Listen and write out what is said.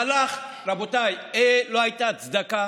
רבותיי, לא הייתה הצדקה